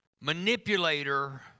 manipulator